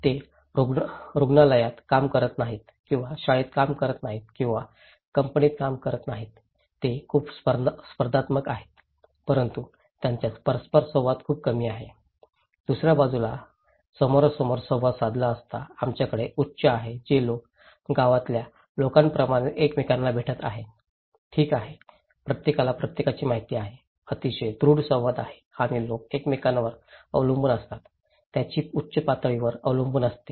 ते रुग्णालयात काम करत नाहीत किंवा शाळेत काम करत नाहीत किंवा कंपनीत काम करत नाहीत ते खूप स्पर्धात्मक आहेत परंतु त्यांच्यात परस्पर संवाद खूप कमी आहे दुसऱ्या बाजूला समोरासमोर संवाद साधला असता आमच्याकडे उच्च आहे जे लोक गावातल्या लोकांप्रमाणेच एकमेकांना भेटत आहेत ठीक आहे प्रत्येकाला प्रत्येकाची माहिती आहे अतिशय दृढ संवाद आहे आणि लोक एकमेकांवर अवलंबून असतात त्यांची उच्च पातळीवर अवलंबून असते